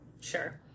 sure